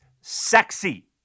sexy